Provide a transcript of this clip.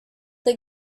they